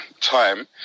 time